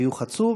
בחיוך עצוב,